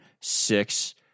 six